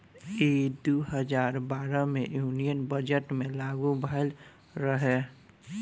ई दू हजार बारह मे यूनियन बजट मे लागू भईल रहे